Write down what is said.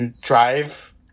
drive